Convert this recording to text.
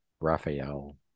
Raphael